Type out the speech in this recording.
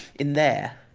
in there.